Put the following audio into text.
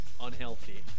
unhealthy